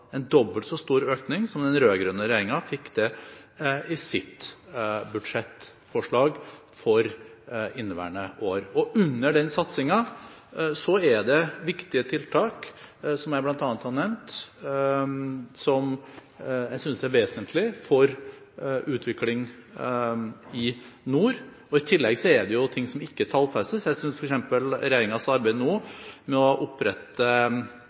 en dobbelt så stor økning som det den rød-grønne regjeringen fikk til i sitt budsjettforslag for inneværende år. Under den satsingen er det viktige tiltak som jeg har nevnt, som jeg synes er vesentlige for utvikling i nord. I tillegg er det ting som ikke tallfestes. Jeg synes f.eks. regjeringens arbeid nå med å opprette